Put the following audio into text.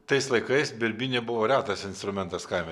tais laikais birbynė buvo retas instrumentas kaime